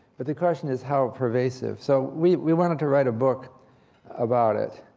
but the question is how pervasive? so we we wanted to write a book about it.